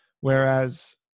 whereas